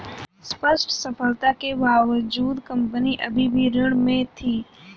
स्पष्ट सफलता के बावजूद कंपनी अभी भी ऋण में थी